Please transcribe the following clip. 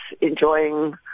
enjoying